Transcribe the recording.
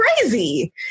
crazy